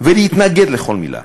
ולהתנגד לכל מילה,